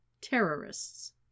Terrorists